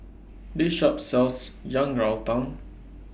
This Shop sells Yang Rou Tang